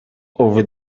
over